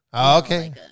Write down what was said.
okay